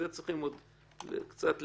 את זה צריך עוד לגבש,